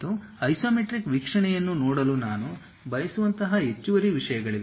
ಮತ್ತು ಐಸೊಮೆಟ್ರಿಕ್ ವೀಕ್ಷಣೆಯನ್ನು ನೋಡಲು ನಾನು ಬಯಸುವಂತಹ ಹೆಚ್ಚುವರಿ ವಿಷಯಗಳಿವೆ